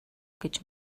гэж